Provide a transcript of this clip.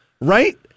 Right